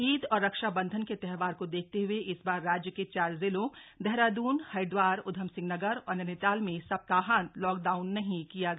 ईद और रक्षाबंधन के त्योहार को देखते हुए इस बार राज्य के चार जिलों देहरादून हरिद्वार उधमसिंह नगर और नैनीताल में सप्ताहांत लॉकडाउन नहीं किया गया